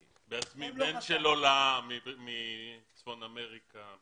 אני בעצמי בן של עולה מצפון אמריקה.